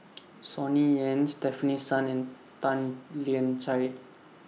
Sonny Yap Stefanie Sun and Tan Lian Chye